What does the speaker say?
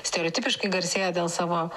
stereotipiškai garsėja dėl savo